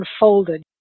unfolded